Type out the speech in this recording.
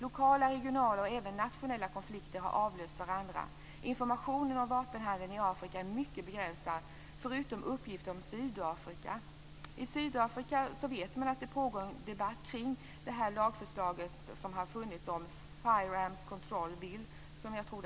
Lokala, regionala och även nationella konflikter har avlöst varandra. Informationen om vapenhandeln i Afrika är mycket begränsad, men det finns uppgifter om Sydafrika. Man vet att det i Sydafrika pågår en debatt kring lagförslaget Firearms Control Bill.